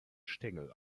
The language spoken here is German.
stängel